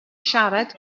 siarad